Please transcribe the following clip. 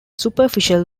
superficial